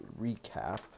recap